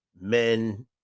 men